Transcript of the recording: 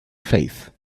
faith